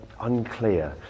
unclear